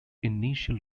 initial